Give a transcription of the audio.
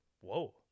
Whoa